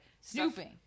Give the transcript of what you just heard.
Snooping